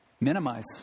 Minimize